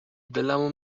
دلمو